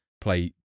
play